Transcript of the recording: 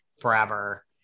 forever